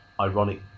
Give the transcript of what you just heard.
ironic